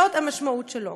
זאת המשמעות שלו,